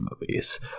movies